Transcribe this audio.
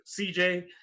CJ